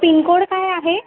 pin code काय आहे